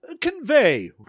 convey